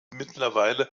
mittlerweile